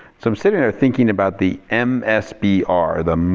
so i'm sitting there thinking about the m s b r. the mmmuhhh.